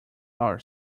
our